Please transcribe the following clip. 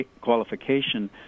qualification